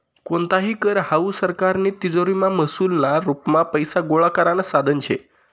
कोणताही कर हावू सरकारनी तिजोरीमा महसूलना रुपमा पैसा गोळा करानं साधन शे